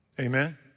Amen